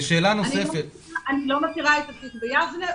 אני לא מכירה את התיק ביבנה.